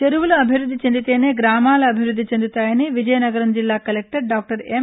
చెరువులు అభివృద్ది చెందితేనే గ్రామాలు అభివృద్ది చెందుతాయని విజయనగరం జిల్లా కలెక్టర్ డాక్టర్ ఎం